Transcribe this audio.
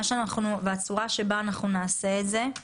הצורה שנעשה את זה,